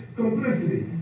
complicity